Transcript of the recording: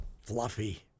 fluffy